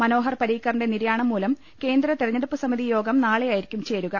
മനോഹർ പരീക്കറിന്റെ നിര്യാണം മൂലം കേന്ദ്ര തെരഞ്ഞെ ടുപ്പ് സമിതി യോഗം നാളെയായിരിക്കും ചേരുക